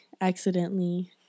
accidentally